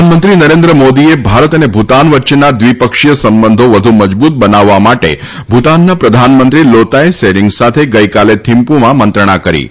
પ્રધાનમંત્રી નરેન્દ્ર મોદીએ ભારત અને ભૂતાન વચ્ચેના દ્વિપક્ષીય સંબંધી વધુ મજબૂત બનાવવા માટે ભૂતાનના પ્રધાનમંત્રી લોતાય સેરીંગ સાથે ગઇકાલે થિમ્પુમાં મંત્રણા કરી છે